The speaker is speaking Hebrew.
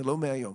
ולא מהיום.